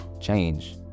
change